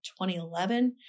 2011